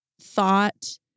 thought